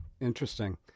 Interesting